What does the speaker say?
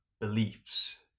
beliefs